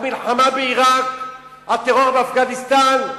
המלחמה בעירק, הטרור באפגניסטן?